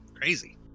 Crazy